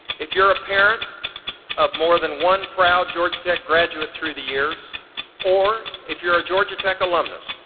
if you're a parent of more than one proud georgia tech graduate through the years or if you're a georgia tech alumnus,